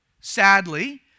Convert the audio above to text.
Sadly